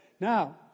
Now